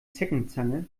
zeckenzange